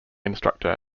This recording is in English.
instructor